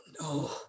no